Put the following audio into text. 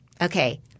Okay